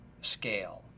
scale